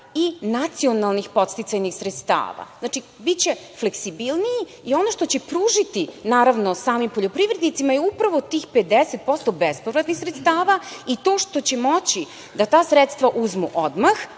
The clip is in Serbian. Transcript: i nacionalnih podsticajnih sredstava. Znači, biće fleksibilniji i ono što će pružiti samim poljoprivrednicima je upravo tih 50% bespovratnih sredstava i to što će moći da ta sredstva uzmu odmah,